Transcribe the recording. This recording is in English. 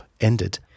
ended